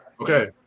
Okay